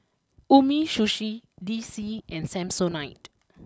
Umisushi D C and Samsonite